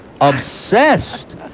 obsessed